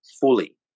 fully